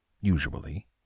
Usually